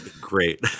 Great